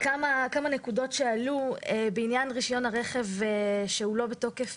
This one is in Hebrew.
כמה נקודות שעלו בעניין רישיון הרכב שלא בתוקף